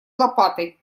лопатой